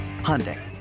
Hyundai